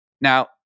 Now